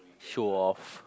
show off